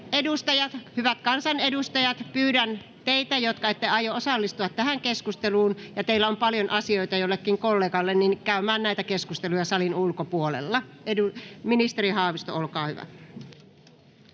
Samalla, hyvät kansanedustajat, pyydän teitä, jotka ette aio osallistua tähän keskusteluun ja joilla on paljon asioita jollekin kollegalle, käymään näitä keskusteluja salin ulkopuolella. — Ministeri Haavisto, olkaa hyvä.